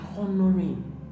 honoring